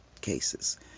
cases